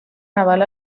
naval